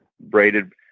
braided